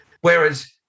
Whereas